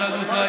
מוצע,